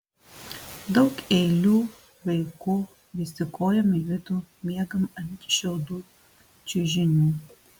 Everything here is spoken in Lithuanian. daug eilių vaikų visi kojom į vidų miegam ant šiaudų čiužinių